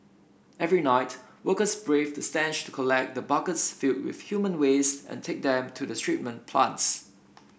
every night workers braved the stench to collect the buckets filled with human waste and take them to the treatment plants